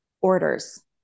orders